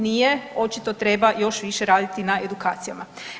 Nije, očito treba još više raditi na edukacijama.